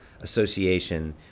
association